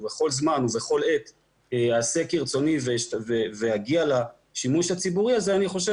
בכל זמן ובכל עת אעשה כרצוני ואגיע לשימוש הציבורי הזה - אני חושב